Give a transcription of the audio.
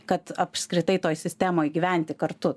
kad apskritai toj sistemoj gyventi kartu